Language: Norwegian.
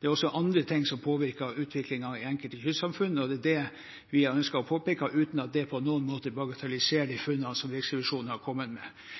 Det er også andre ting som påvirker utviklingen i enkelte kystsamfunn. Det er det vi har ønsket å påpeke, uten at det på noen måte bagatelliserer de